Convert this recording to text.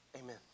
amen